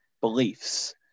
beliefs